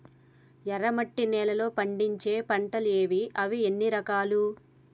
ఎర్రమట్టి నేలలో పండించే పంటలు ఏవి? అవి ఎన్ని రకాలు?